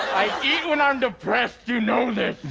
i eat when i'm depressed. you know this.